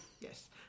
Yes